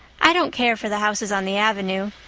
i don't care for the houses on the avenue.